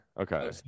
okay